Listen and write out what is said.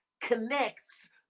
connects